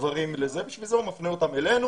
דברים אלא לשם כך הוא מפנה אותם אלינו,